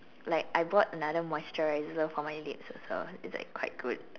like I bought another moisturizer for my legs also it's like quite good